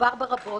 דובר בה רבות.